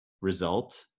result